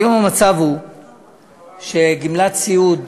היום המצב הוא שגמלת סיעוד